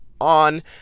on